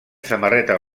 samarreta